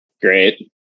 great